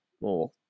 more